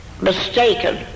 mistaken